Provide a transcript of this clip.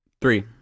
Three